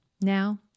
Now